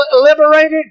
liberated